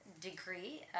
degree